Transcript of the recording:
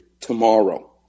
tomorrow